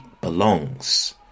belongs